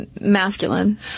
masculine